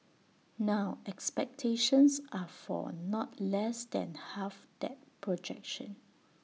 now expectations are for not less than half that projection